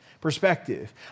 perspective